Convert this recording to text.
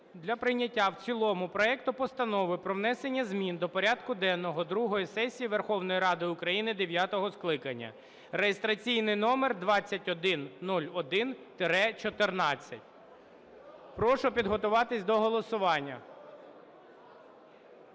для прийняття в цілому проекту Постанови про внесення змін до порядку денного другої сесії Верховної Ради України дев'ятого скликання (реєстраційний номер 2101-14). Прошу підготуватись до голосування.